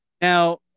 Now